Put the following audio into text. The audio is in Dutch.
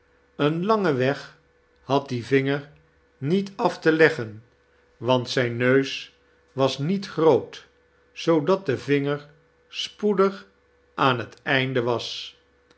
een langen weg had die vinger niet af te leggen want zijn neus was niet groot zoodat de vinger spoedig aan liet einde was